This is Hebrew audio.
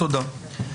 תודה.